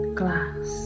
glass